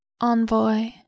envoy